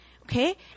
okay